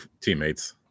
teammates